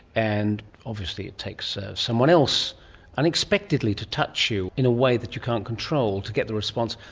and obviously it takes ah someone else unexpectedly to touch you in a way that you can't control to get the response.